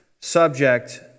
subject